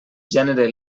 gènere